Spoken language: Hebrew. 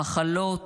מחלות,